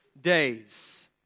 days